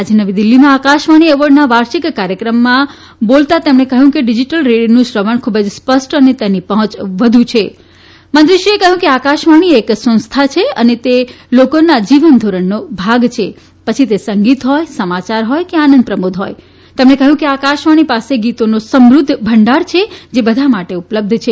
આજે નવીદીલ્હીમાં આકાશવાણી એવોર્ડના વાર્ષીક કાર્યકમમાં સંબોધતાં કહ્યું કે ડીજીટલ રેડિયોનું શ્રવણ ખૂબ સ્પષ્ટ અને તેની પહોંચ વધુ છે મંત્રીએ કહ્યું કે આકાશવાણીએ એક સંસ્થા છે અને તે લોકોના જીવન ધોરણનો ભાગ છે પછી તે સંગીત હોય સમાચાર હોય કે આનંદપ્રમોદ હોય તેમણે કહ્યું કે આકાશવાણી પાસે ગીતોનો સમૃદ્ધ ભંડાર છે જે બધા માટે ઉપલબ્ધ છે